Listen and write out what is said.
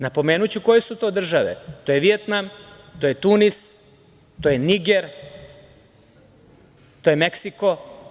Napomenuću koje su to države, to je Vijetnam, to je Tunis, to je Niger, to je Meksiko.